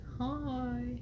Hi